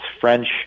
French